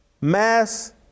mass